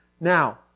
Now